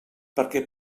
perquè